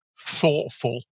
thoughtful